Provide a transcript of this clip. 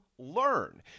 learn